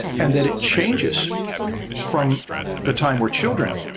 and that it changes from the time we're children,